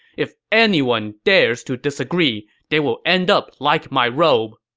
if anyone dares to disagree, they will end up like my robe.